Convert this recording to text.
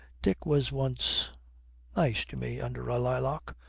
dick was once nice to me under a lilac.